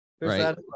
Right